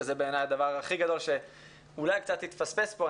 שזה בעיניי הדבר הכי גדול שאולי קצת התפספס פה,